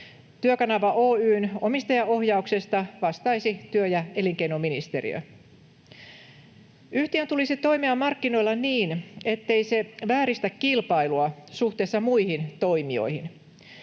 Työkanava Oy:n omistajaohjauksesta vastaisi työ‑ ja elinkeinoministeriö. Yhtiön tulisi toimia markkinoilla niin, ettei se vääristä kilpailua suhteessa muihin toimijoihin.